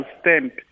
stamp